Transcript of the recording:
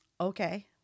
Okay